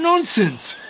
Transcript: nonsense